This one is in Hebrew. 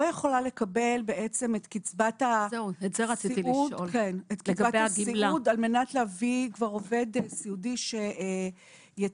לא יכולה בעצם לקבל את קצבת הסיעוד על מנת להביא עובד סיעודי שיטפל,